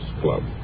club